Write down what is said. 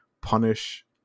punish